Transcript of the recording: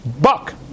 buck